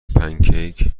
پنکیک